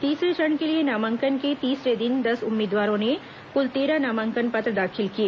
तीसरे चरण के लिए नामांकन के तीसरे दिन दस उम्मीदवारों ने कुल तेरह नामांकन पत्र दाखिल किए